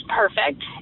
perfect